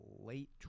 late